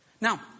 Now